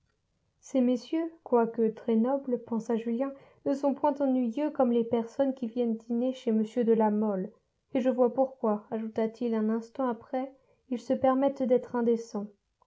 ces messieurs quoique très nobles pensa julien ne sont point ennuyeux comme les personnes qui viennent dîner chez m de la mole et je vois pourquoi ajouta-t-il un instant après ils se permettent d'être indécents